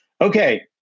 Okay